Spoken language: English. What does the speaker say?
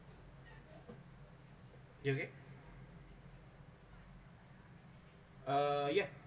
you okay uh yeah